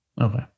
Okay